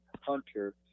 hunter